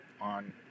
on